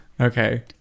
Okay